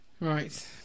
Right